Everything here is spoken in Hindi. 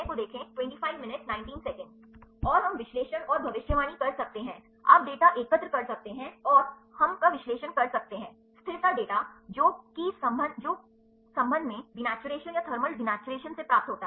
और हम विश्लेषण और भविष्यवाणी कर सकते हैं आप डेटा एकत्र कर सकते हैं और हमका विश्लेषण कर सकते हैं स्थिरता डेटा जो कि के संबंध में डिनब्यूरेंट या थर्मल डिनैट्रेशन से प्राप्त होता है